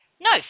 No